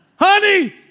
Honey